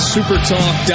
Supertalk